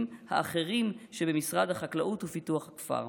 האחרים שבמשרד החקלאות ופיתוח הכפר.